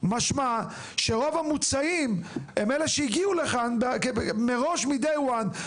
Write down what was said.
משמע שרוב המוצאים הם אלה שהגיעו לכאן מראש מהיום הראשון,